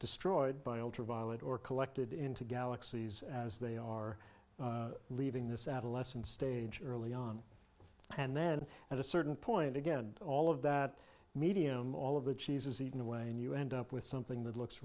destroyed by ultraviolet or collected into galaxies as they are leaving this adolescent stage early on and then at a certain point again all of that medium all of the cheese is eaten away and you end up with something that looks